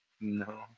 no